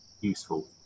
useful